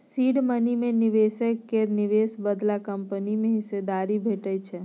seed money मे निबेशक केर निबेश बदला कंपनी मे हिस्सेदारी भेटै छै